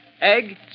egg